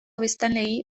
biztanleei